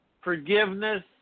forgiveness